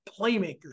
playmakers